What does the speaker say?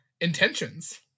intentions